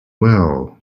well